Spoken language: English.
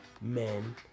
men